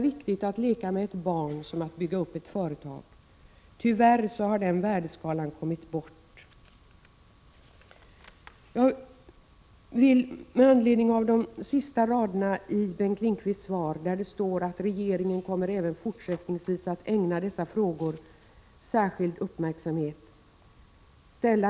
Initiativ till verksamheter som syftar till att öka samarbetet mellan socialtjänsten och utbildningsansvariga för gymnasieskola, komvux och högskola skall också övervägas.